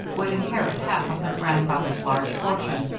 would inherit half of her grandfather's large fortune,